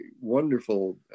wonderful